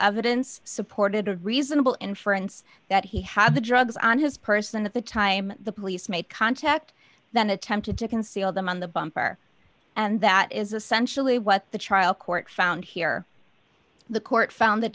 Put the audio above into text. evidence supported a reasonable inference that he had the drugs on his person at the time the police made contact then attempted to conceal them on the bumper and that is essentially what the trial court found here the court found that